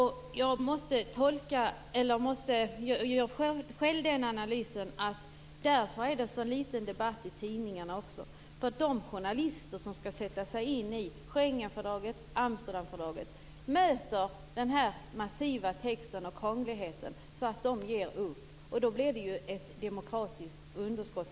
Jag gör själv den analysen att det också är därför det är så litet debatt i tidningarna. De journalister som skall sätta sig in i Schengenfördraget och Amsterdamfördraget möter den här massiva texten och krångligheten, och de ger upp. Då blir det ett demokratiskt underskott.